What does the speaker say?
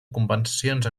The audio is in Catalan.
compensacions